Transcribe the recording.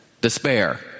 despair